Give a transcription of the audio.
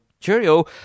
cheerio